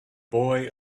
boy